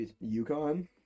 Yukon